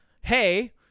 Hey